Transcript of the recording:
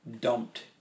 dumped